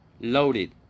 loaded